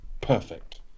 Perfect